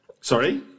Sorry